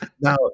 Now